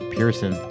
Pearson